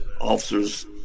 officers